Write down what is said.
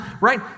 Right